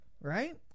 right